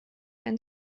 einen